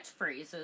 catchphrases